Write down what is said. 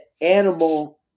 animal